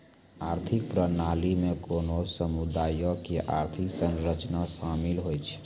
आर्थिक प्रणाली मे कोनो समुदायो के आर्थिक संरचना शामिल होय छै